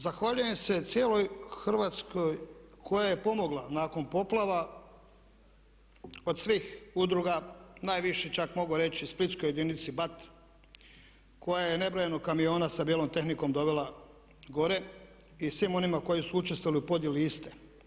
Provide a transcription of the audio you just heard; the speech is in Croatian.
Zahvaljujem se cijeloj Hrvatskoj koja je pomogla nakon poplava od svih udruga, najviše čak mogu reći Splitskoj jedinici bat koja je nebrojeno kamiona sa bijelom tehnikom dovela gore i svim onima koji su učestvovali u podjeli iste.